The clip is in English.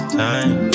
time